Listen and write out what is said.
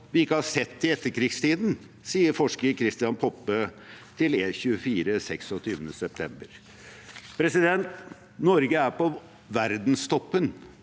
vi ikke har sett i etterkrigstiden, sa forsker Christian Poppe til E24 den 26. september. Norge er på verdenstoppen